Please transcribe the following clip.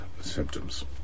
symptoms